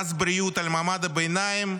מס בריאות על מעמד הביניים,